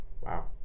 Wow